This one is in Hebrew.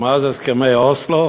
שמאז הסכמי אוסלו